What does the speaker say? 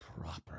proper